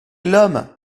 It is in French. l’homme